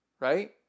right